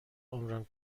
عمرم